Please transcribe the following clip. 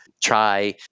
try